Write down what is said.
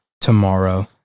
tomorrow